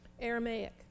Aramaic